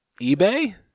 eBay